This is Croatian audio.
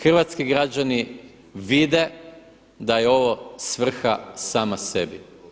Hrvatski građani vide da je ovo svrha sama sebi.